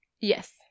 Yes